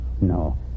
No